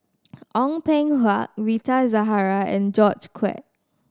Ong Peng Hua Rita Zahara and George Quek